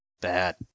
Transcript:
Bad